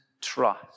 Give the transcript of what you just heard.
trust